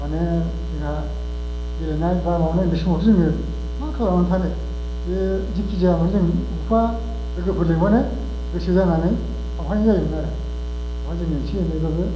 माने जोंहा गेलेनाय बा माबानाय उन्दै समावथ' जोङो मा खालामनानै थानो बे जिखि जायामानो जों बबेयावबा लोगोफोर लेंबानो गोसो जानानै थांफानाय जायोमोन आरो बेवहाय जोङो एसे एनैबाबो